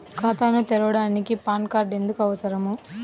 ఖాతాను తెరవడానికి PAN card ఎందుకు అవసరము?